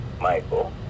Michael